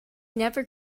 never